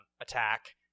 attack